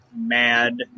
mad